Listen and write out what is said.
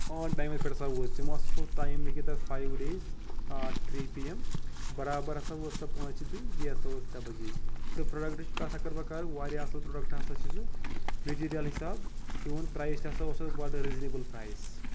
آن ٹایمَس پٮ۪ٹھ ہَسا وٲژ تِمو ہَسا تھوو ٹایِم لیٚکھِتھ تَتھ five days three P M برابر ہسا وٲژ سۄ پانٛژِ دُہۍ بیٚیہِ ہسا وٲژ ترٛےٚ بَجے تہٕ پروڈَکٹٕچ کَتھ اگر بہٕ کَرٕ واریاہ اَصٕل پروڈَکٹ ہسا چھُ سُہ میٹیٖریل حِساب اِوٕن پرایِس تہِ ہسا اوس تَتھ بَڈٕ ریٖزنیبٕل پرایِس